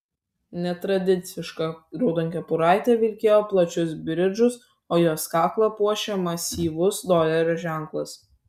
netradiciška raudonkepuraitė vilkėjo plačius bridžus o jos kaklą puošė masyvus dolerio ženklas